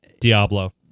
Diablo